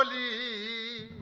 ie